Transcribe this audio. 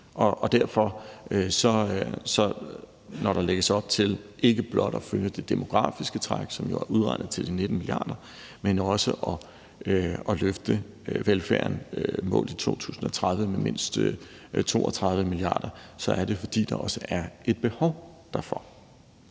Danmark. Så når der lægges op til ikke blot at følge det demografiske træk, som jo er udregnet til de 19 mia. kr., men også at løfte velfærden målt i 2030 med mindst 32 mia. kr., så er det, fordi der også er et behov for